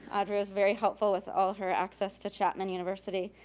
audrey was very helpful with all her access to chapman university.